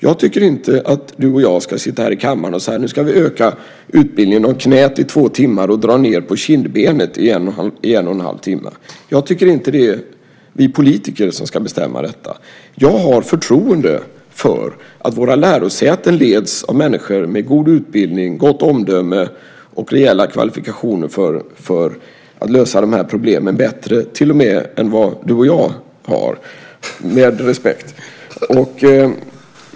Jag tycker inte att du och jag ska sitta här i kammaren och säga att nu ska vi öka utbildning om knäet till två timmar och dra ned utbildningen om kindbenet med en och en halv timme. Jag tycker inte att det är vi politiker som ska bestämma detta. Jag har förtroende för att våra lärosäten leds av människor med god utbildning, gott omdöme och rejäla kvalifikationer för att lösa de här problemen till och med bättre än vad du och jag har.